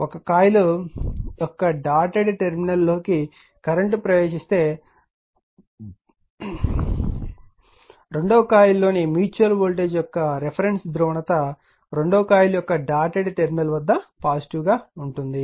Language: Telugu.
ఒక కాయిల్ యొక్క డాటెడ్ టెర్మినల్లోకి కరెంట్ ప్రవేశిస్తే రెండవ కాయిల్లోని మ్యూచువల్ వోల్టేజ్ యొక్క రిఫరెన్స్ ధ్రువణత రెండవ కాయిల్ యొక్క డాటెడ్ టెర్మినల్ వద్ద పాజిటివ్ గా ఉంటుంది